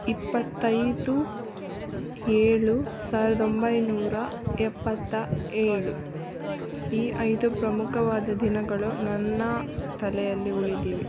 ಇಪ್ಪತ್ತೈದು ಏಳು ಸಾವಿರ್ದ ಒಂಬೈನೂರ ಎಪ್ಪತ್ತ ಏಳು ಈ ಐದು ಪ್ರಮುಖವಾದ ದಿನಗಳು ನನ್ನ ತಲೆಯಲ್ಲಿ ಉಳಿದಿವೆ